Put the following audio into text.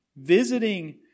visiting